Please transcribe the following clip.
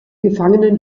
gefangenen